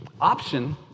option